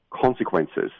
consequences